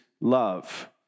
love